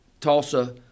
Tulsa